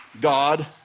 God